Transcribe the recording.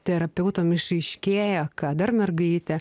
terapeutam išryškėja ką dar mergaitė